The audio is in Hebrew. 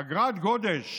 אגרת גודש